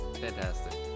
fantastic